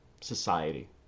society